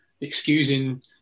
excusing